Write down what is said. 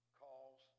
calls